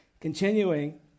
Continuing